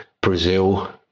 Brazil